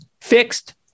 fixed